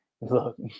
look